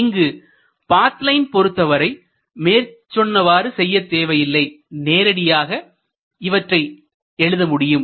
இங்கு path line பொருத்தவரை மேற்சொன்னவாறு செய்ய தேவையில்லை நேரடியாக இவற்றை எழுத முடியும்